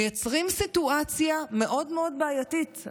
מייצרים סיטואציה מאוד מאוד בעייתית,